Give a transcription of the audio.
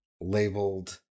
labeled